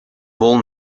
wol